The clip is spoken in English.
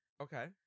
Okay